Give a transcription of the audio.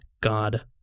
God